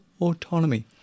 autonomy